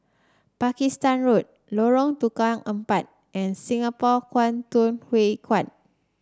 Pakistan Road Lorong Tukang Empat and Singapore Kwangtung Hui Kuan